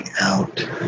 out